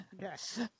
Yes